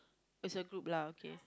is a group lah okay